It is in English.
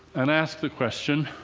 and ask the question